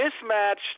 mismatched